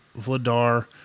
Vladar